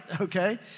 Okay